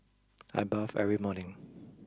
I bathe every morning